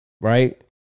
Right